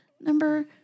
number